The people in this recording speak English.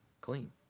clean